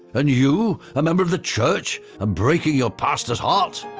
and you a member of the church and breaking your pastor's heart.